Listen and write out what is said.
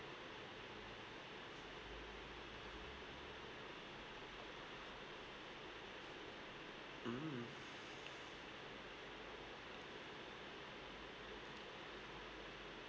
mm